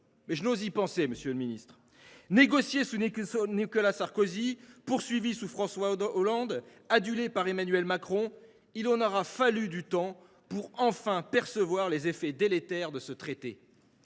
ministre ! Je n’oserais y penser… Négocié sous Nicolas Sarkozy, poursuivi sous François Hollande, adulé par Emmanuel Macron : il en aura fallu du temps pour percevoir les effets délétères de ce traité